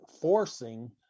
forcing